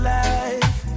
life